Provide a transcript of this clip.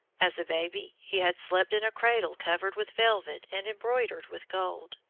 as a baby he had slept in a cradle covered with velvet and embroidered with gold,